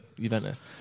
Juventus